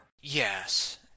Yes